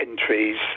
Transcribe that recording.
entries